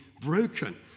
broken